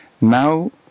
now